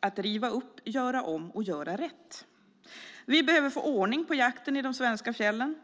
att riva upp, göra om och göra rätt. Vi behöver få ordning på jakten i de svenska fjällen.